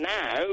now